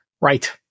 Right